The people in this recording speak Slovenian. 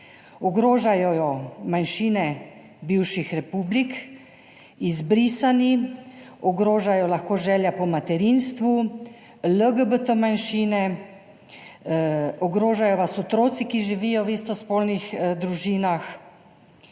ogrožajo jo manjšine bivših republik, izbrisani, ogroža jo lahko želja po materinstvu, LGBT manjšine, ogrožajo vas otroci, ki živijo v istospolnih družinah.